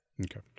Okay